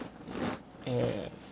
and